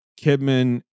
Kidman